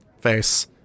face